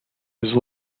his